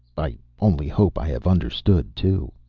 i only hope i have understood, too.